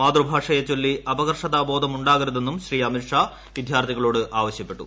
മാതൃഭാഷയെ ചൊല്ലി അപകർഷതാ ബോധംഉണ്ടാകരുതെന്നും ശ്രീ അമിത് ഷാ വിദ്യാർത്ഥികളോട് ആവശ്യപ്പെട്ടു